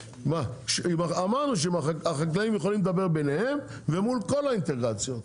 אמרנו שהחקלאים יכולים לדבר ביניהם ומול כל האינטגרציות.